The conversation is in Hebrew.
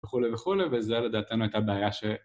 וכולי וכולי, וזה לדעתנו הייתה בעיה ש...